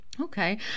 okay